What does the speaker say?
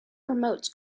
promotes